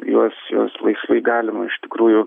juos juos laisvai galima iš tikrųjų